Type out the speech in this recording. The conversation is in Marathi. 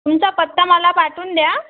तुमचा पत्ता मला पाठवून द्या